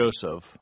Joseph